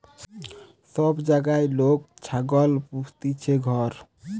সব জাগায় লোক ছাগল পুস্তিছে ঘর